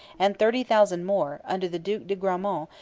and thirty thousand more, under the duc de gramont,